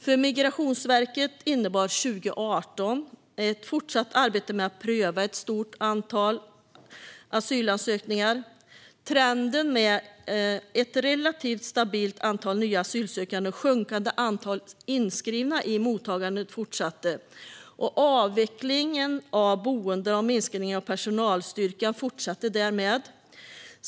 För Migrationsverket innebar 2018 ett fortsatt arbete med att pröva ett stort antal asylansökningar. Trenden med ett relativt stabilt antal nya asylsökande och ett sjunkande antal inskrivna i mottagandet fortsatte. Avvecklingen av boenden och minskningar av personalstyrkan fortsatte därmed.